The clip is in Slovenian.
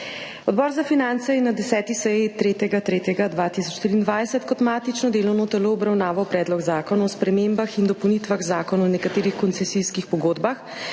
Odbor za finance je na 10. seji 3. 3. 2023 kot matično delovno telo obravnaval Predlog zakona o spremembah in dopolnitvah Zakona o nekaterih koncesijskih pogodbah,